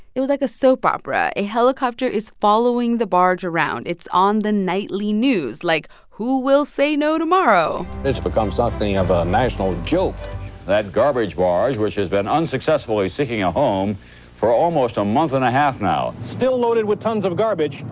it was like a soap opera. a helicopter is following the barge around. it's on the nightly news. like, who will say no tomorrow? it's become something of a a national joke that garbage barge, which has been unsuccessfully seeking a home for almost a a month and a half now. still loaded with tons of garbage,